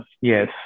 yes